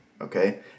Okay